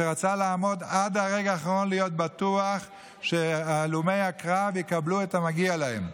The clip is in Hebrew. שרצה לעמוד עד הרגע האחרון ולהיות בטוח שהלומי הקרב יקבלו את המגיע להם.